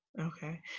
Okay